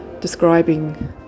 describing